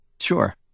Sure